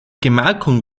gemarkung